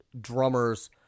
drummers